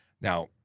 Now